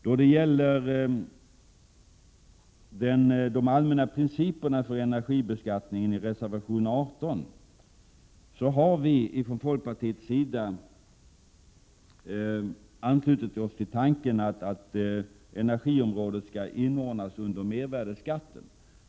Då det gäller de allmänna principerna för energibeskattningen har vi från folkpartiets sida i reservation 18 anslutit oss till tanken att energiområdet skall inordnas under mervärdeskatten.